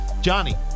Johnny